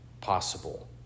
possible